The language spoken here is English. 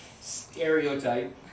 stereotype